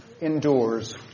endures